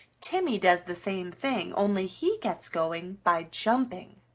timmy does the same thing, only he gets going by jumping.